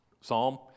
psalm